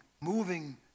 moving